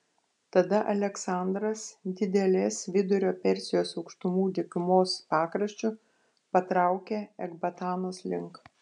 tada aleksandras didelės vidurio persijos aukštumų dykumos pakraščiu patraukė ekbatanos link